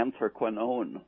anthraquinone